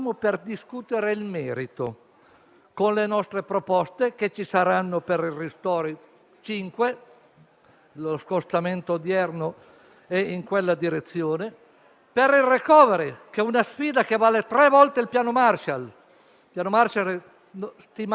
ci riduciamo oggi, in poche ore, a votare lo scostamento di bilancio e non vedo, anche per il disinteresse generale, tutta questa apprensione. Stiamo facendo una cosa importantissima